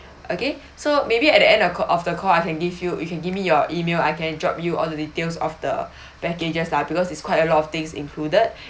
okay so maybe at the end of ca~ of the call I can give you you can give me your email I can drop you all the details of the packages lah because it's quite a lot of things included